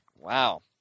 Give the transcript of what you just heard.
Wow